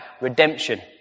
redemption